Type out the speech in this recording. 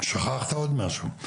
שכחת עוד משהו,